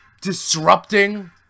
disrupting